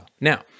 Now